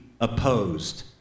opposed